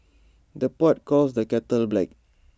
the pot calls the kettle black